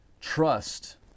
trust